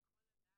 י"ג בכסלו התשע"ט,